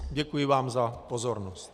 Děkuji vám za pozornost.